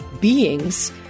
beings